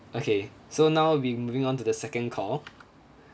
okay so now we'll be moving on to the second call